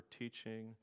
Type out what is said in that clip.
teaching